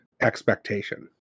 expectation